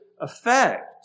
effect